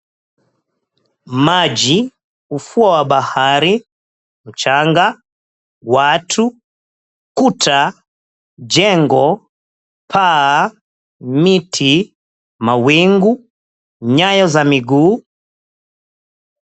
Maji, ufuo wa bahari, mchanga, watu, kuta, jengo, paa, miti, mawingu na nyayo za miguu.